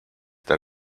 that